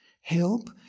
help